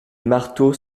marteaux